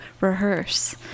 rehearse